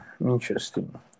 Interesting